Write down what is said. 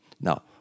Now